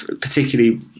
particularly